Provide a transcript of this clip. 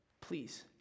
Please